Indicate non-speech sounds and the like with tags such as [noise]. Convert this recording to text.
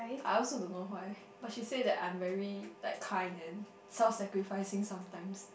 I also don't know why [breath] but she said that I'm very like kind and self sacrificing sometimes